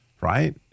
right